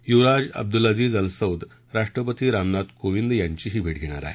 युवराज Abdulaziz Al Saud राष्ट्रपती रामनाथ कोविंद यांचीही भेट घेणार आहेत